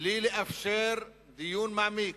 בלי לאפשר דיון מעמיק,